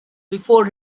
before